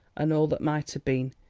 and all that might have been,